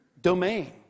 domain